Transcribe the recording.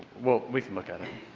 we can look at